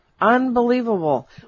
Unbelievable